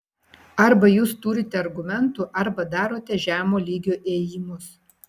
arba jūs turite argumentų arba darote žemo lygio ėjimus